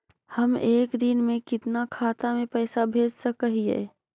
हम एक दिन में कितना खाता में पैसा भेज सक हिय?